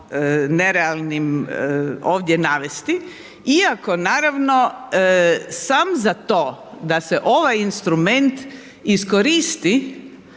nerealnim ovdje navesti iako naravno sam za to da se ovaj instrument iskoristi,